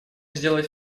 сделать